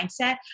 mindset